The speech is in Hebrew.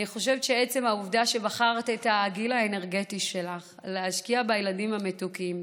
אני חושבת שעצם העובדה שבחרת בגיל האנרגטי שלך להשקיע בילדים המתוקים,